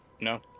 No